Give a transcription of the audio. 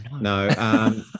No